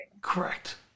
Correct